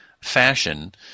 fashion